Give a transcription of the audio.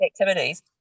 activities